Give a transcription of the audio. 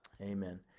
Amen